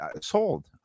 Sold